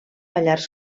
pallars